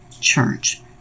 church